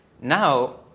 Now